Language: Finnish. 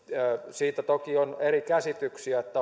siitä toki on eri käsityksiä